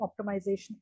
optimization